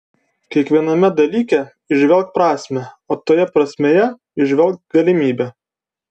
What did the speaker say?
kiekviename dalyke įžvelk prasmę o toje prasmėje įžvelk galimybę